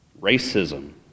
racism